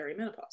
perimenopause